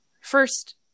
first